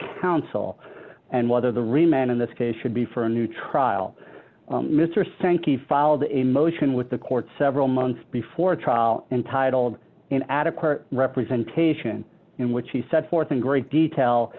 counsel and whether the remand in this case should be for a new trial mr sankey filed a motion with the court several months before a trial entitled an adequate representation in which he set forth in great detail